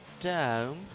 down